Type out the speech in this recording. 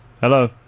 Hello